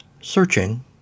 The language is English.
Searching